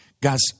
Guys